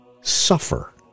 suffer